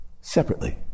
separately